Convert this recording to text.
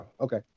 okay